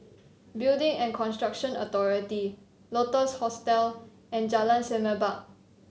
Building and Construction Authority Lotus Hostel and Jalan Semerbak